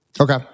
okay